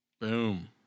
Boom